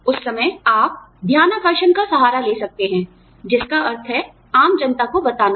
उस समय आप ध्यानाकर्षण का सहारा ले सकते हैं जिसका अर्थ है आम जनता को बताना